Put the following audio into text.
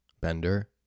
bender